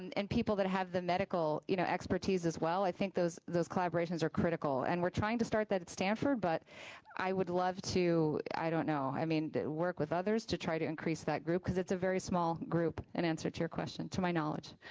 and and people that have the medical, you know, expertise as well, i think those those collaborations are critical, and we're trying to start that at stanford, but i would love to i don't know. i mean, work with others to try to increase that group because it's a very small group, in answer to your question, to my knowledge.